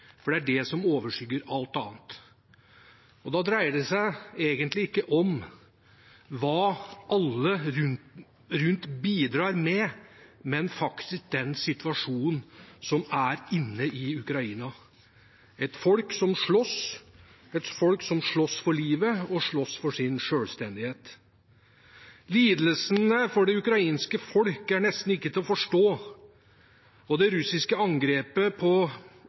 for det er det som overskygger alt annet. Da dreier det seg egentlig ikke om hva alle rundt bidrar med, men faktisk den situasjonen som er inne i Ukraina: et folk som slåss, et folk som slåss for livet og for sin selvstendighet. Lidelsene for det ukrainske folk er nesten ikke til å forstå, og det russiske angrepet er et angrep på